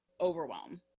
overwhelm